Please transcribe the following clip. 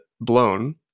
blown